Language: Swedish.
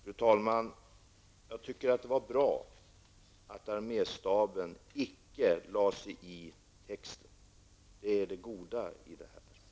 Fru talman! Det var bra att arméstaben icke lade sig i texten. Det är det goda i den här saken.